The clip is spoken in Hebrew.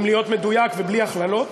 אם להיות מדויק ובלי הכללות,